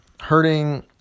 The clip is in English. hurting